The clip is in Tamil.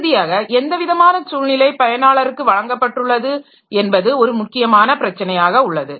இறுதியாக எந்த விதமான சூழ்நிலை பயனாளருக்கு வழங்கப்பட்டுள்ளது என்பது ஒரு முக்கியமான பிரச்சனையாக உள்ளது